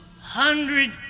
hundred